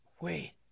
wait